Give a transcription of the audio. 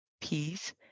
peace